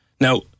Now